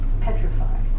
petrified